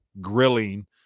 grilling